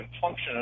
function